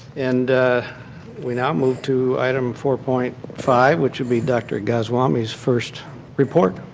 and we now move to item four point five which will be dr. gotswami's first report.